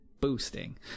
boosting